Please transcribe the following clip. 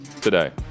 today